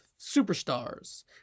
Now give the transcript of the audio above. superstars